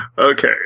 Okay